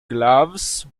gloves